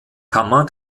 kammer